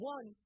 One